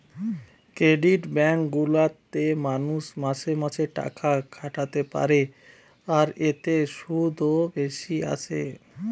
credit bank গুলা তে মানুষ মাসে মাসে টাকা খাটাতে পারে আর এতে শুধও বেশি আসে